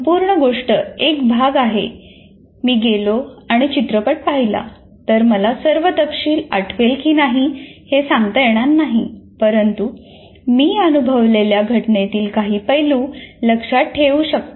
संपूर्ण गोष्ट एक भाग आहे मी गेलो आणि चित्रपट पाहिला तर मला सर्व तपशील आठवेल की नाही हे सांगता येणार नाही परंतु मी अनुभवलेल्या घटनेतील काही पैलू लक्षात ठेवू शकतो